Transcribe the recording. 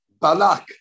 Balak